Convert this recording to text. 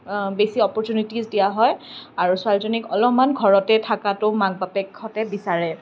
বেছি অপৰচুনিটিছ দিয়া হয় আৰু ছোৱালীজনীক অলপমান ঘৰতে থকাটো মাক বাপেকহঁতে বিচাৰে